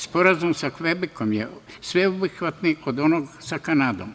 Sporazum sa Kvebekom je sveobuhvatniji od onog sa Kanadom.